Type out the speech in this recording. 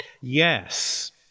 yes